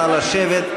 נא לשבת.